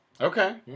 Okay